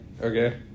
Okay